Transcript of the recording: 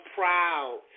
proud